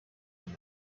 aya